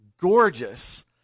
gorgeous